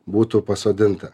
būtų pasodinta